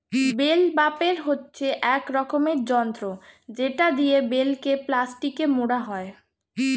bell বাপের হচ্ছে এক রকমের যন্ত্র যেটা দিয়ে বেলকে প্লাস্টিকে মোড়া হয়